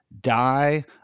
die